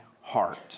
heart